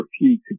repeat